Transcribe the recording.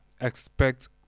expect